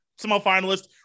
semifinalist